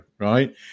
right